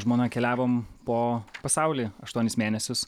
žmona keliavom po pasaulį aštuonis mėnesius